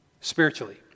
Spiritually